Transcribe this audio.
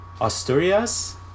Asturias